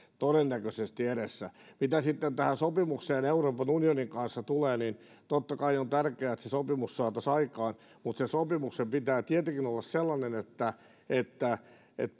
todennäköisesti edessä mitä sitten tähän sopimukseen euroopan unionin kanssa tulee niin totta kai on tärkeää että se sopimus saataisiin aikaan mutta sen sopimuksen pitää tietenkin olla sellainen että